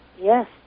yes